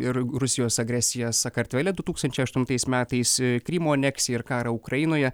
ir rusijos agresiją sakartvele du tūkstančiai aštuntais metais krymo aneksiją ir karą ukrainoje